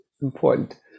important